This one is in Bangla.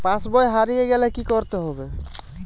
পাশবই হারিয়ে গেলে কি করতে হবে?